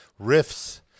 riffs